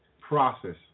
process